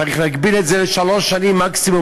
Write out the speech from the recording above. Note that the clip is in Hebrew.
צריך להגביל את זה לשלוש שנים מקסימום,